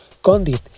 Condit